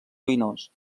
ruïnós